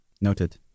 Noted